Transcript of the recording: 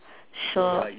so